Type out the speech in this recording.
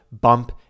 bump